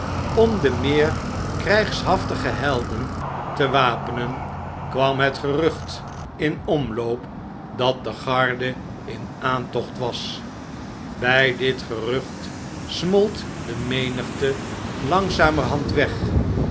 om de meer krjjgshaftige helden te wapenen kwam het gerucht in omloop dat de garde in aantocht was bij dit gerucht smolt de menigte langzamerhand weg